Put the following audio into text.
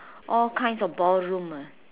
all kinds of ballroom ah